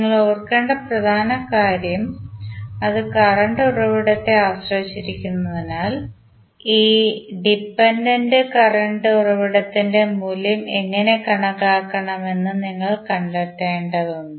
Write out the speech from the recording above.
നിങ്ങൾ ഓർക്കേണ്ട പ്രധാന കാര്യം അത് കറന്റ് ഉറവിടത്തെ ആശ്രയിച്ചിരിക്കുന്നതിനാൽ ഈ ഡിപെൻഡന്റ് കറന്റ് ഉറവിടത്തിന്റെ മൂല്യം എങ്ങനെ കണക്കാക്കുമെന്ന് നിങ്ങൾ കണ്ടെത്തേണ്ടതുണ്ട്